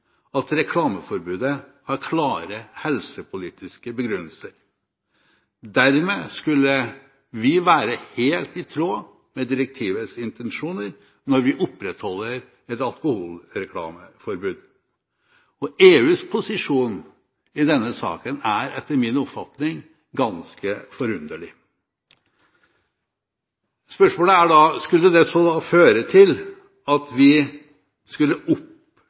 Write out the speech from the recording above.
at reklameforbudet har klare helsepolitiske begrunnelser. Dermed skulle det være helt i tråd med direktivets intensjoner når vi opprettholder et alkoholreklameforbud. EUs posisjon i denne saken er etter min oppfatning ganske forunderlig. Spørsmålet er da: Skulle det føre til at vi skulle